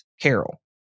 carol